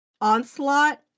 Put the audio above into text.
onslaught